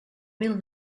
mil